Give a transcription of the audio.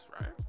right